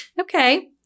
Okay